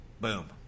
Boom